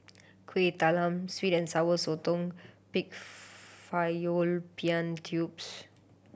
Kuih Talam sweet and Sour Sotong pig fallopian tubes